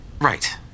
right